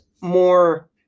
more